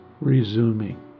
resuming